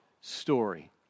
story